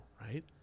right